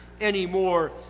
anymore